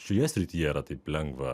šioje srityje yra taip lengva